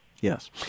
Yes